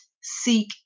seek